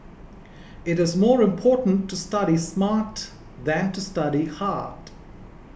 it is more important to study smart than to study hard